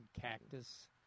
cactus